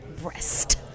breast